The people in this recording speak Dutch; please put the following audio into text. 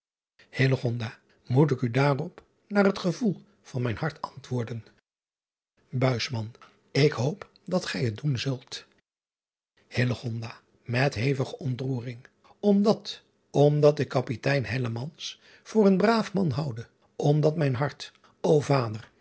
oet ik u daarop naar het gevoel van mijn hart antwoorden k hoop dat gij het doen zult et hevige ontroering mdat omdat ik apitein voor een braaf man houde omdat mijn hart o vader